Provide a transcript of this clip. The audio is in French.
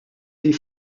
des